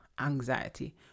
anxiety